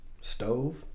stove